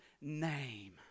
name